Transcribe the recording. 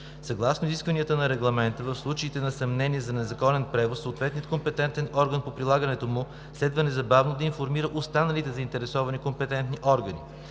Съгласно изискванията на Регламента в случаите на съмнения за незаконен превоз съответният компетентен орган по прилагането му следва незабавно да информира останалите заинтересовани компетентни органи.